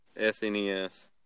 SNES